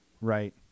Right